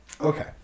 Okay